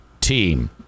team